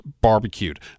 barbecued